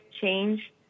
change